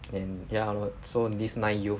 then yeah lor so this nine youth